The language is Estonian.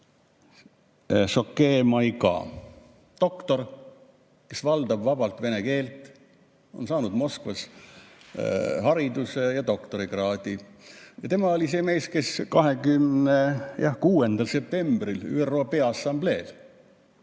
Choguel Maïga, doktor, kes valdab vabalt vene keelt, on saanud Moskvas hariduse ja doktorikraadi. Tema oli see mees, kes 26. septembril ÜRO Peaassambleel